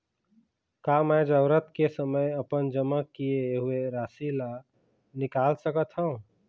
का मैं जरूरत के समय अपन जमा किए हुए राशि ला निकाल सकत हव?